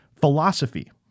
Philosophy